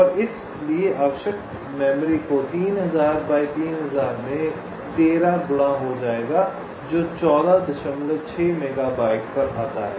और इसलिए आवश्यक मेमोरी को 3000 बाय 3000 में 13 गुणा हो जाएगा जो 146 मेगाबाइट पर आता है